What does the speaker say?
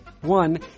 One